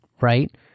Right